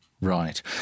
Right